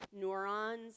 neurons